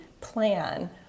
plan